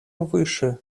выше